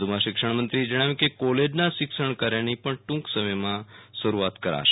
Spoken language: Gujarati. વધુમાં શિક્ષણમંત્રીએ જણાવ્યું કે કોલેજના શિક્ષણકાર્યની પણટૂંક સમયમાં શરૂઆત કરાશે